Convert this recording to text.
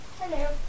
Hello